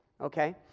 okay